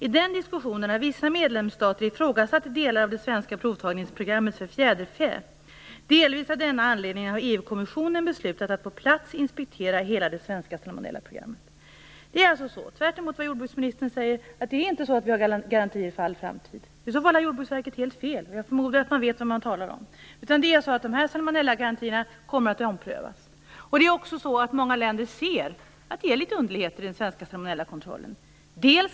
I den diskussionen har vissa medlemsstater ifrågasatt delar av det svenska provtagningsprogrammet för fjäderfä. Delvis av denna anledning har EU-kommissionen beslutat att på plats inspektera hela det svenska salmonellaprogrammet. Vi har alltså inte, tvärtemot vad jordbruksministern säger, garantier för all framtid. I så fall har Jordbruksverket helt fel, och jag förmodar att man vet vad man talar om. Dessa salmonellagarantier kommer att omprövas. Många länder ser också att det är litet underligheter i den svenska salmonellakontrollen.